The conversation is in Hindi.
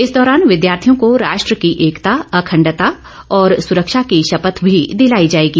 इस दौरान विद्यार्थियों को राष्ट्र की एकता अखेंडता और सुरक्षा की शपथ भी दिलाई जाएगी